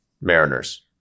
Mariners